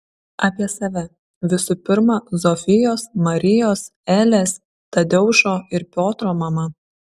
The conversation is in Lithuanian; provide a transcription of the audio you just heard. apie save visų pirma zofijos marijos elės tadeušo ir piotro mama